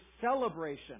celebration